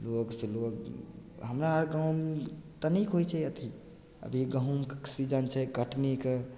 लोगसँ लोग हमरा आर गाँव तनिक होइ छै अथी अभी गहुँमके सीजन छै कटनीके